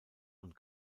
und